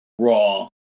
Raw